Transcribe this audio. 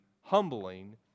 humbling